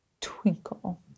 twinkle